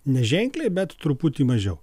neženkliai bet truputį mažiau